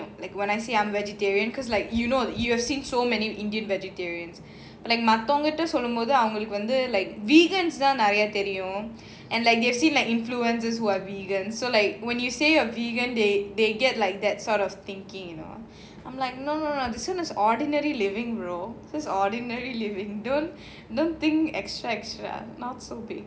like when I say I'm vegetarian cause like you know that you've seen so many indian vegetarians like மத்தவங்ககிட்டசொல்லும்போது:maththavangakita sollumpothu like vegans நெறயதெரியும்:neraya therium and like they have seen influencers that are vegan so when you say you are vegan they they get like that sort of thinking you know ரொம்பசாப்பிடுவோம்:romba sapduvom this is ordinary living you know ordinary living don't think extract sia not so big